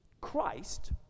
Christ